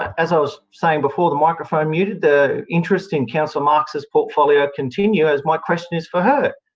as i was saying before the microphone muted, the interest in councillor marx's portfolio continues, as my question is for her.